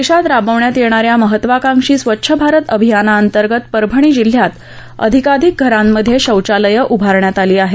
देशात राबवण्यात येणा या महत्वाकांक्षी स्वच्छ भारत अभियाना अंतर्गत परभणी जिल्ह्यात अधिकाधिक घरांमध्ये शौचालय उभारण्यात आली आहेत